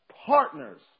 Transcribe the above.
Partners